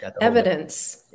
Evidence